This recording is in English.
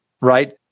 Right